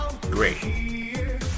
Great